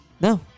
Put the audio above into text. No